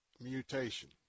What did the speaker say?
mutation